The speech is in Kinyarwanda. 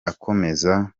akomeza